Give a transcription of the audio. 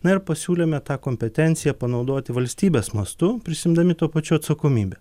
na ir pasiūlėme tą kompetenciją panaudoti valstybės mastu prisiimdami tuo pačiu atsakomybę